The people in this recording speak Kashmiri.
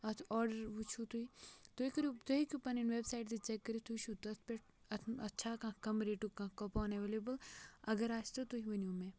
اتھ آڈَر وٕچھو تُہی تُہۍ کٔرِو تُہۍ ہیکو پَننۍ ویبسایٹ تہِ چیک کٔرتھ تُہۍ وٕچھو تَتھ پیٹھ اتھ اَتھ چھا کانہہ کَم ریٹُک کانہہ کوپان اویلٕیبل اگر آسہِ تہٕ تُہۍ ؤنِو مے